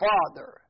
Father